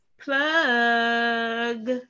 plug